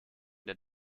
der